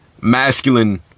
masculine